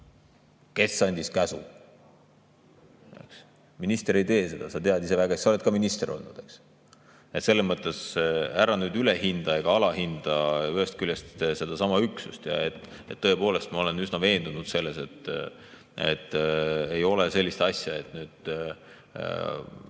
kes andis käsu?" Minister ei tee seda. Sa tead ise väga hästi, sa oled ka minister olnud. Selles mõttes ära nüüd ülehinda ega alahinda sedasama üksust. Ja tõepoolest, ma olen üsna veendunud selles, et ei ole sellist asja, et